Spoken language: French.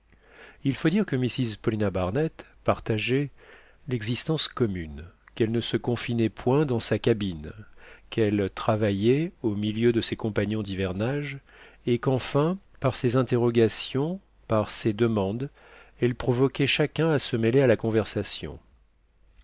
il faut dire que mrs paulina barnett partageait l'existence commune qu'elle ne se confinait point dans sa cabine qu'elle travaillait au milieu de ses compagnons d'hivernage et qu'enfin par ses interrogations par ses demandes elle provoquait chacun à se mêler à la conversation